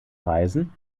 reisen